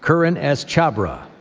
curran s. chabra,